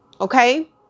Okay